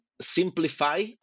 simplify